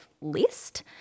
list